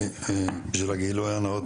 בשביל הגילוי הנאות,